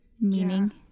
meaning